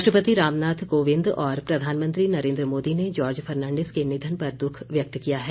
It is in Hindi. राष्ट्रपति रामनाथ कोविन्द और प्रधानमंत्री नरेन्द्र मोदी ने जार्ज फर्नांडिस के निधन पर दुख व्यक्त किया है